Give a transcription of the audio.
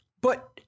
But-